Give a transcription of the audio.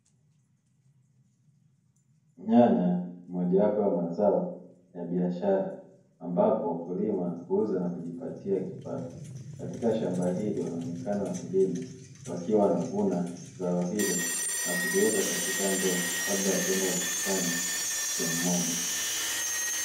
Nyanya ni mojawapo ya mazao ya biashara ambapo wakulima huuza na kujipatia kipato. Katika shamba hili wanaonekana wakulima wakiwa wanavuna zao hilo na kuliweka katika ndoo kabla ya kwenda kukusanya sehemu moja.